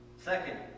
Second